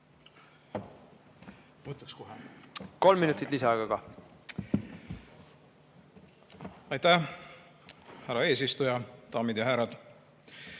Kolm minutit lisaaega ka. Aitäh, härra eesistuja! Daamid ja härrad!